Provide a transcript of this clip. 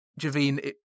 Javine